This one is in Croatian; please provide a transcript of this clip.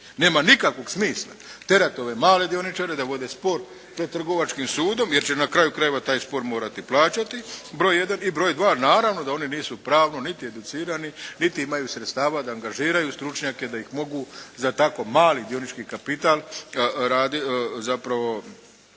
Nema nikakvog smisla tjerati ove male dioničare da vode spor pred trgovačkim sudom jer će na kraju krajeva taj spor morati plaćati broj jedan, i broj dva, naravno da oni nisu pravno niti educirani niti imaju sredstava da angažiraju stručnjake da ih mogu za tako mali dionički kapital zapravo